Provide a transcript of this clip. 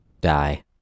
die